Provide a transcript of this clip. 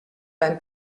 beim